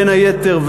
בין היתר,